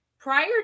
Prior